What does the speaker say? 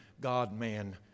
God-man